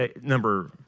number